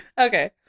Okay